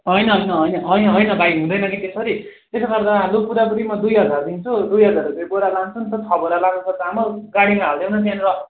होइन होइन होइन होइन होइन भाइ हुँदैन कि त्यसरी त्यसो गर्दा लु पुरापुरीमा म दुई हजार दिन्छु दुई हजार रुपे बोरा लान्छु नि त छ बोरा लागतको चामल गाडीमा हालिदेऊ न त्यहाँनिर